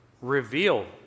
reveal